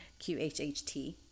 QHHT